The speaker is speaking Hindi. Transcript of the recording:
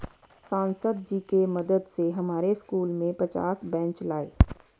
सांसद जी के मदद से हमारे स्कूल में पचास बेंच लाए